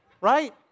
Right